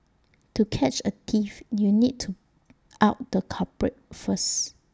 to catch A thief you need to out the culprit first